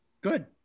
Good